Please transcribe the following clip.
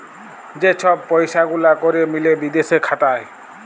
যে ছব পইসা গুলা ক্যরে মিলে বিদেশে খাতায়